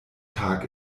tag